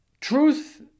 Truth